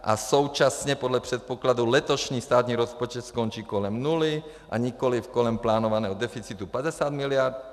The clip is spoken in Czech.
A současně podle předpokladu letošní státní rozpočet skončí kolem nuly a nikoliv kolem plánovaného deficitu 50 miliard.